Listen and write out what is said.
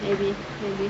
maybe